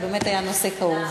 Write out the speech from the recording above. כי באמת היה נושא כאוב.